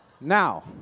Now